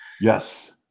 Yes